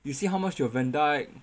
you see how much your van dijk